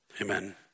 Amen